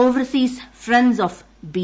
overseas friends of B